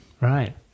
right